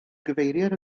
gyfeiriad